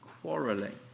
quarrelling